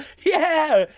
yeah,